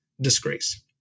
disgrace